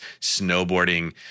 snowboarding